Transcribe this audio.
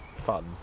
fun